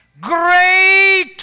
great